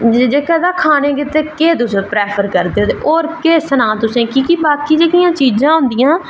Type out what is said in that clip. कि खाने आस्तै तुस केह् प्रैफर करदे ओ ते होर केह् सनांऽ तुसेंगी बाकी जेह्कियां चीज़ां होंदियां